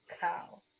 cow